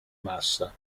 massa